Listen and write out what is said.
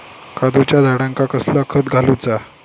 काजूच्या झाडांका कसला खत घालूचा?